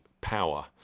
Power